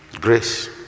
Grace